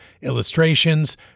illustrations